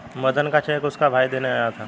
मदन का चेक उसका भाई देने आया था